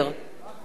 אינו נוכח